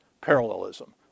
parallelism